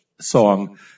song